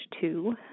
two